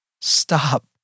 Stop